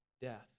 death